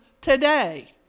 today